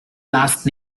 last